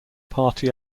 party